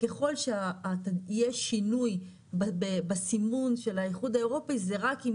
וככל שיהיה שינוי בסימון של האיחוד האירופי זה רק אם